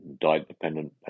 diet-dependent